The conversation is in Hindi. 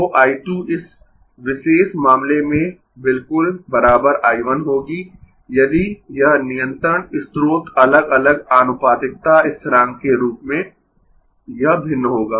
तो I 2 इस विशेष मामले में बिल्कुल I 1 होगी यदि यह नियंत्रण स्रोत अलग अलग आनुपातिकता स्थिरांक के रूप में यह भिन्न होगा